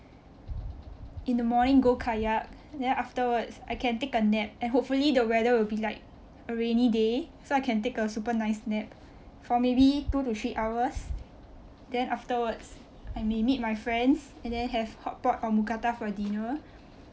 in the morning go kayak and then afterwards I can take a nap and hopefully the weather will be like a rainy day so I can take a super nice nap for maybe two to three hours then afterwards I may meet my friends and then have hotpot or mookata for dinner